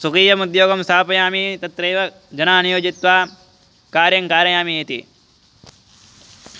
स्वकीयमुद्योगं स्थापयामि तत्रैव जनान् नियोजयित्वा कार्यङ्कारयामि इति